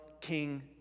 King